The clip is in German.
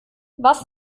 was